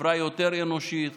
חברה אנושית יותר,